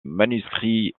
manuscrit